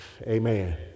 Amen